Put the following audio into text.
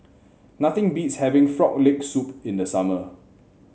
nothing beats having Frog Leg Soup in the summer